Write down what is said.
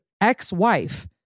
ex-wife